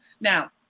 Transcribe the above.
Now